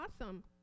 awesome